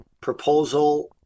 proposal